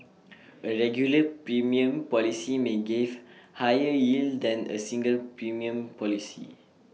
A regular premium policy may give higher yield than A single premium policy